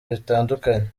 bitandukanye